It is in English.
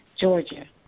Georgia